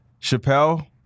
Chappelle